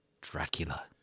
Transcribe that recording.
Dracula